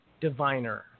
diviner